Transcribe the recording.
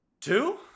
Two